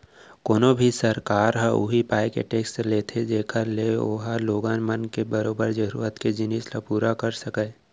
कोनो भी सरकार ह उही पाय के टेक्स लेथे जेखर ले ओहा लोगन मन बर बरोबर जरुरत के जिनिस ल पुरा कर सकय